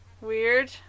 weird